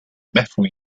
methyl